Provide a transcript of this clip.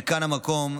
כאן המקום,